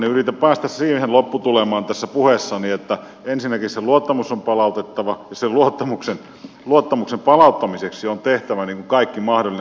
yritän päästä siihen lopputulemaan tässä puheessani että ensinnäkin se luottamus on palautettava ja sen luottamuksen palauttamiseksi on tehtävä kaikki mahdollinen